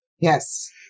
Yes